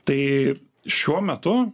tai šiuo metu